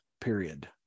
period